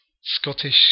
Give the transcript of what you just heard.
Scottish